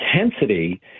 intensity